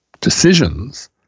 decisions